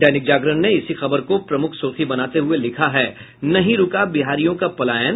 दैनिक जागरण ने इसी खबर को प्रमुख सुर्खी बनाते हुये लिखा है नहीं रूका बिहारियों का पलायन